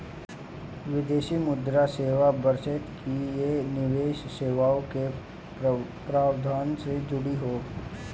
विदेशी मुद्रा सेवा बशर्ते कि ये निवेश सेवाओं के प्रावधान से जुड़ी हों